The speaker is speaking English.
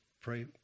pray